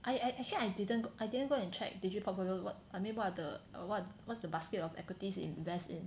I I actually I didn't I didn't go and check digi portfolio what I mean what are the err what what's the basket of equities invest in